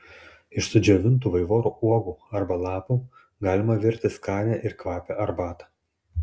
iš sudžiovintų vaivorų uogų arba lapų galima virti skanią ir kvapią arbatą